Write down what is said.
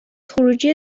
خروجی